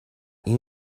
این